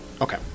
Okay